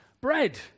bread